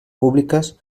públiques